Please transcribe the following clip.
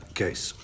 case